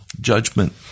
judgment